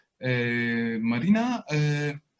Marina